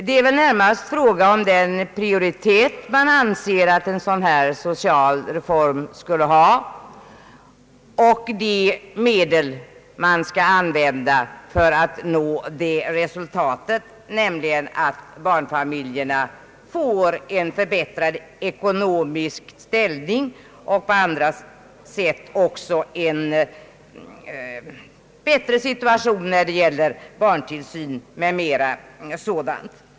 Det är väl närmast fråga om den prioritet man anser att en sådan social reform skulle ha och de medel man skall använda för att ge barnfamiljerna en förbättrad ekonomisk ställning och på andra sätt förbättra deras situation, t.ex. när det gäller barntillsyn.